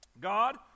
God